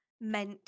meant